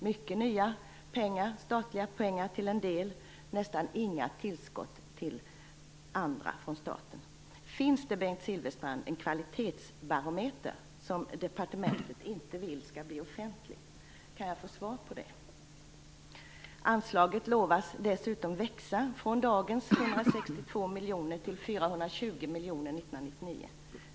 Det blir mycket nya statliga pengar till en del och nästan inga tillskott från staten till andra. Finns det, Bengt Silfverstrand, en kvalitetsbarometer som departementet inte vill skall bli offentlig? Kan jag få svar på det? Anslaget lovas dessutom växa från dagens 362 miljoner kronor till 420 miljoner kronor 1999.